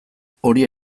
hori